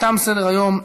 תם סדר-היום.